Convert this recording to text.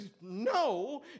no